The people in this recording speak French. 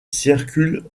circulent